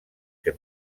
que